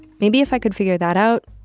maybe if i could figure that out,